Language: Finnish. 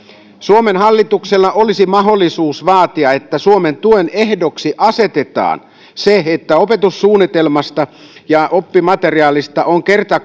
suomen hallituksella olisi mahdollisuus vaatia että suomen tuen ehdoksi asetetaan se että opetussuunnitelmasta ja oppimateriaalista on kerta